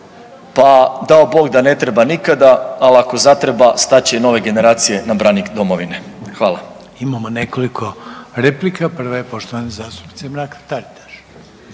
pa, dao Bog da ne treba nikada, ali ako zatreba, stat će i nove generacije na branik domovine. Hvala. **Reiner, Željko (HDZ)** Imamo nekoliko replika, prva je poštovane zastupnice Mrak-Taritaš.